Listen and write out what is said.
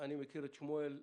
אני מכיר את שמואל.